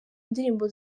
ndirimbo